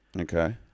Okay